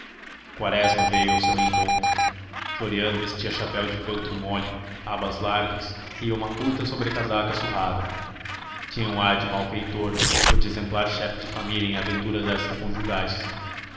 quaresma veio ao seu encontro floriano vestia chapéu de feltro mole abas largas e uma curta sobrecasaca surrada tinha um ar de malfeitor ou de exemplar chefe de família em aventuras